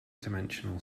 dimensional